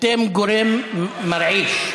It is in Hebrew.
אתם גורם מרעיש.